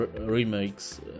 remakes